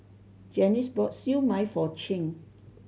Janice bought Siew Mai for Chin